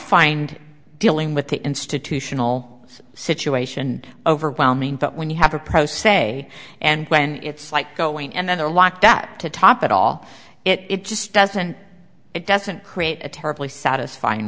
find dealing with the institutional situation overwhelming but when you have a pro say and when it's like going and then a walk back to top it all it just doesn't it doesn't create a terribly satisfying